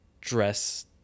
dress